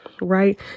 right